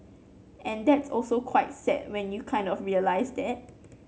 and that's also quite sad when you kind of realise that